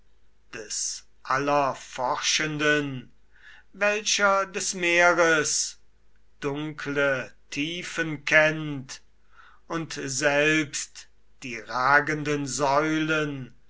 des allerforschenden welcher des meeres dunkle tiefen kennt und selbst die ragenden säulen